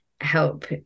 help